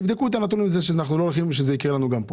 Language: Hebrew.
תבדקו את הנתון הזה כי אנחנו לא רוצים שזה יקרה לנו כאן.